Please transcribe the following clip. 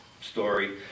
story